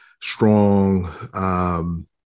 strong